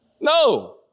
No